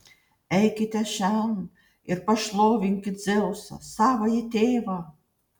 eikite šen ir pašlovinkit dzeusą savąjį tėvą